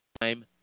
time